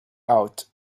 out